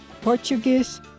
Portuguese